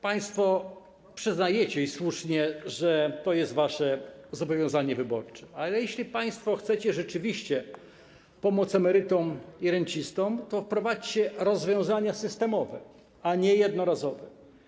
Państwo przyznajecie, i słusznie, że to jest wasze zobowiązanie wyborcze, ale jeśli państwo chcecie rzeczywiście pomóc emerytom i rencistom, to wprowadźcie rozwiązania systemowe, a nie jednorazowe.